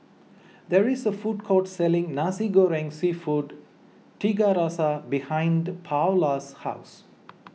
there is a food court selling Nasi Goreng Seafood Tiga Rasa behind Paola's house